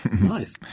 Nice